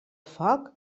foc